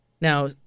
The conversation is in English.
Now